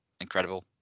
Incredible